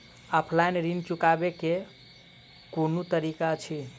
Offline ऋण चुकाबै केँ केँ कुन तरीका अछि?